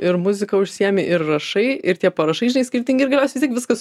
ir muzika užsiėmę ir rašai ir tie parašai žinai skirtingi ir galiausiai vis tiek viskas